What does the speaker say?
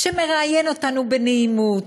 שמראיין אותנו בנעימות,